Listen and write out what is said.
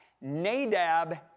Nadab